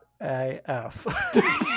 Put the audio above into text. af